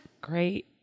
great